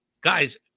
Guys